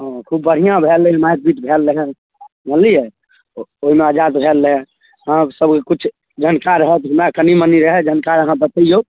हँ खूब बढ़िऑं भेल रहै मारि पीट भेल रहै बुझलियै ओहिमे आजाद भेल रहै अहाँ सबके किछु जानकार रह हमरा कनि मनी रहय जानकार अहाँ बतैइयो